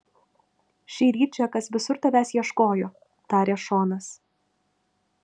šįryt džekas visur tavęs ieškojo tarė šonas